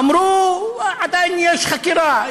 אמרו: עדיין יש חקירה.